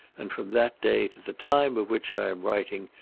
and from that day to the time of which i am writing,